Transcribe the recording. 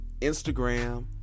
Instagram